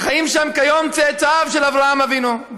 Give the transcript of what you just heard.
וחיים שם היום צאצאיו של אברהם אבינו,